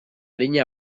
arina